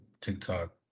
TikTok